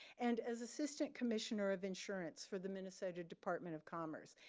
and as assistant commissioner of insurance for the minnesota department of commerce.